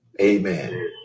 Amen